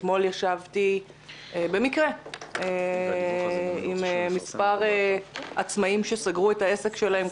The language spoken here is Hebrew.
אתמול ישבתי במקרה עם מספר עצמאים שסגרו את העסק שלהם.